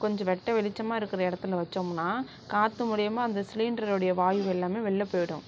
கொஞ்சம் வெட்ட வெளிச்சமாக இருக்கிற இடத்துல வச்சோம்னால் காற்று மூலயமா அந்த சிலிண்டரினுடைய வாய்வு எல்லாமே வெளியில் போய்டும்